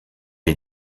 est